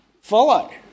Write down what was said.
follow